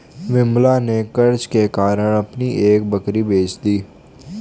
विमला ने कर्ज के कारण अपनी एक बकरी बेच दी